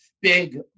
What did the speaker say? big